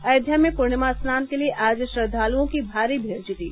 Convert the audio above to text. अयोध्या में पूर्णिमा स्नान के लिए आज श्रद्वालुओं की भारी भीड़ जुटी